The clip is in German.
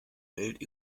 welt